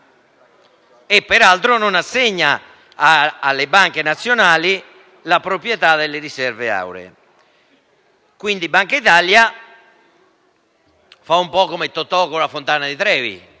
e, peraltro, non assegna alle banche nazionali la proprietà delle riserve auree. Quindi Banca d'Italia fa un po' come Totò con la fontana di Trevi